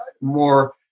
more